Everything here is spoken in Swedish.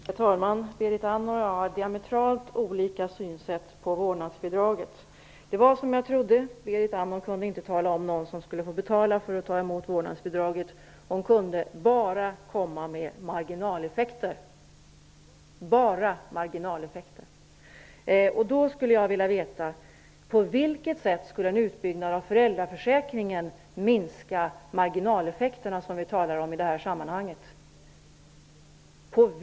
Herr talman! Berit Andnor och jag har diametralt olika synsätt på vårdnadsbidraget. Det var som jag trodde: Berit Andnor kunde inte nämna någon som skulle få betala för att ta emot vårdnadsbidraget. Hon kunde bara komma med marginaleffekter. Jag upprepar: bara marginaleffekter! Jag skulle vilja veta: På vilket sätt skulle en utbyggnad av föräldraförsäkringen minska marginaleffekterna som vi talar om i det här sammanhanget?